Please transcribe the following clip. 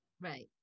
Right